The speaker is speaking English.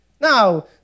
Now